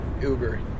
Uber